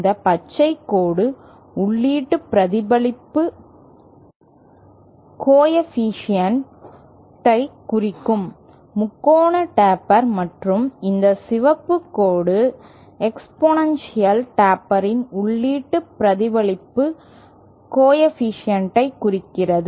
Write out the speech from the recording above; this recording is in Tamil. இந்த பச்சைக் கோடு உள்ளீட்டு பிரதிபலிப்பு கோஎஃபீஷியேன்ட் குறிக்கும் முக்கோண டேப்பர் மற்றும் இந்த சிவப்பு கோடு எக்ஸ்பொனென்ஷியல் டேப்பரின் உள்ளீட்டு பிரதிபலிப்பு கோஎஃபீஷியேன்ட் குறிக்கிறது